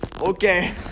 Okay